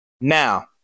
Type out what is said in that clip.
Now